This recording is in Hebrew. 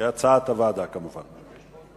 כהצעת הוועדה כמובן.